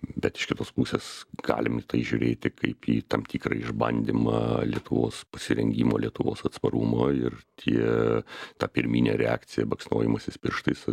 bet iš kitos pusės galim į tai žiūrėti kaip į tam tikrą išbandymą lietuvos pasirengimo lietuvos atsparumo ir tie ta pirminė reakcija baksnojimasis pirštais